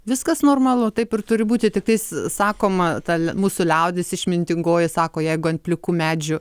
viskas normalu taip ir turi būti tiktais sakoma ta mūsų liaudis išmintingoji sako jeigu ant plikų medžių